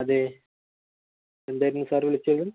അതെ എന്തായിരുന്നു സാർ വിളിച്ചത്